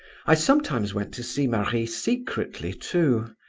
i sometimes went to see marie secretly, too.